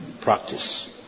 practice